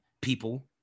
people